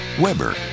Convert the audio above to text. Weber